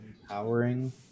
Empowering